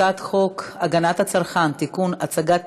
הצעת חוק הגנת הצרכן (תיקון,